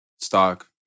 stock